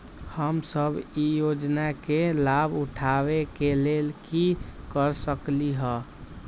हम सब ई योजना के लाभ उठावे के लेल की कर सकलि ह?